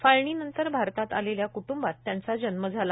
फाळणीनंतर भारतात आलेल्या कुटुंबात त्यांचा जन्म झाला